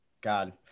God